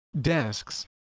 Desks